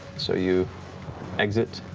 so you exit